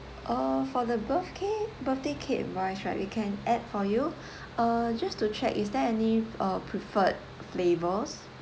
uh for the birthday birthday cake-wise right they can add for you uh just to check is there any uh preferred flavors